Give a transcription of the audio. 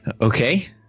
Okay